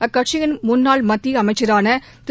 அக்கட்சியிள் முன்னாள் மத்திய அமைச்சரான திரு